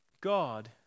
God